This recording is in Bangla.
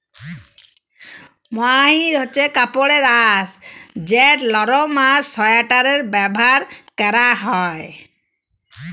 মোহাইর হছে কাপড়ের আঁশ যেট লরম আর সোয়েটারে ব্যাভার ক্যরা হ্যয়